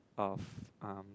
of um